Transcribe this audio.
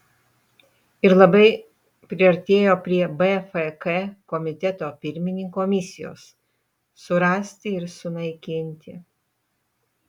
ir labai priartėjo prie bfk komiteto pirmininko misijos surasti ir sunaikinti